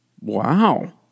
Wow